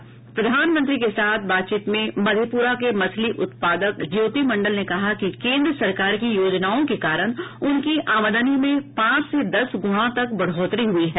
इस अवसर पर प्रधानमंत्री के साथ बातचीत में मधेपुरा के मछली उत्पादक ज्योति मंडल ने कहा कि केन्द्र सरकार की योजनाओं के कारण उनकी आमदनी में पांच से दस गुणा तक बढ़ोतरी हुई है